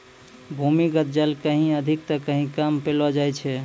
भूमीगत जल कहीं अधिक त कहीं कम पैलो जाय छै